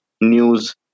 news